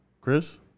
Chris